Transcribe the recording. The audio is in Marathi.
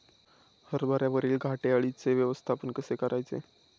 हरभऱ्यावरील घाटे अळीचे व्यवस्थापन कसे करायचे?